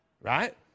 Right